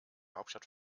hauptstadt